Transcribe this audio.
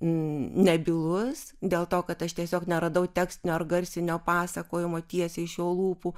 nebylus dėl to kad aš tiesiog neradau tekstinio ar garsinio pasakojimo tiesiai iš jo lūpų